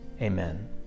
Amen